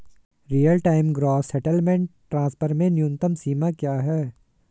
Real time gross settlement transfer में न्यूनतम सीमा क्या है?